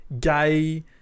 gay